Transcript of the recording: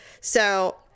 so-